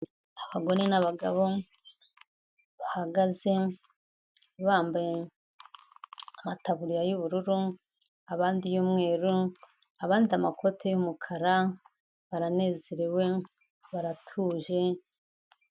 Abagore n'abagabo bahagaze bambaye amataburiya y'ubururu abandi y'umweru, abandi amakote y'umukara baranezerewe baratuje.